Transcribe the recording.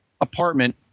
apartment